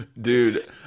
Dude